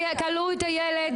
כלאו את הילד.